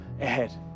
ahead